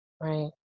Right